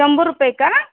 शंभर रुपये का